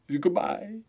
Goodbye